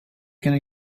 gonna